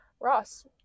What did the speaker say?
Ross